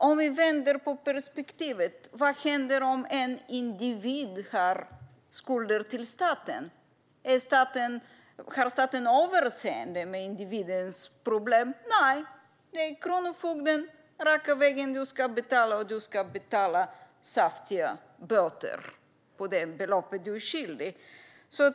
Vi kan vända på perspektivet: Vad händer om en individ har skulder till staten? Har staten överseende med individens problem? Nej, det är raka vägen till Kronofogden. Du ska betala, och du ska betala saftiga böter på beloppet du är skyldig.